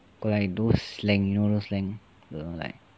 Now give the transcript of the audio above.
got like those slang you know those slang err like